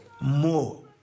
more